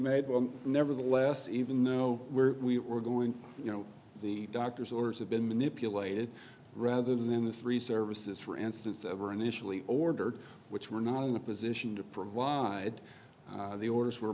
made one nevertheless even know where we were going you know the doctor's orders have been manipulated rather than the three services for instance ever initially ordered which were not in a position to provide the orders were